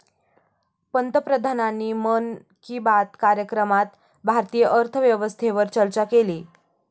पंतप्रधानांनी मन की बात कार्यक्रमात भारतीय अर्थव्यवस्थेवर चर्चा केली